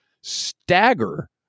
stagger